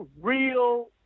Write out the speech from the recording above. real